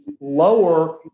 lower